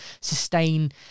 sustain